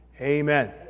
amen